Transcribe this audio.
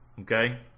Okay